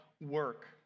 work